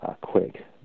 quick